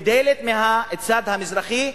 ודלת מהצד המזרחי,